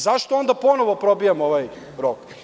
Zašto onda ponovo probijamo ovaj rok?